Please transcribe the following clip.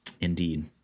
Indeed